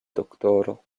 doktoro